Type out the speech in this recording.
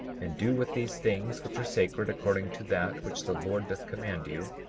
and do with these things which are sacred according to that which the lord doth command you,